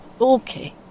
Okay